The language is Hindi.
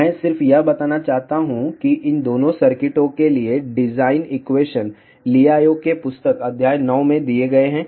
मैं सिर्फ यह बताना चाहता हूं कि इन दोनों सर्किटों के लिए डिजाइन एक्वेशन लियाओ के पुस्तक अध्याय 9 में दिए गए हैं